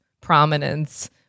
prominence